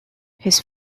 his